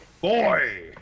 Boy